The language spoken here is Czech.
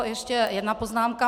Ještě jedna poznámka.